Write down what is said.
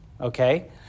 okay